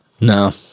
No